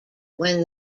when